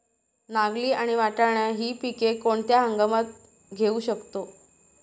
नागली आणि वाटाणा हि पिके कोणत्या हंगामात घेऊ शकतो?